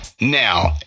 Now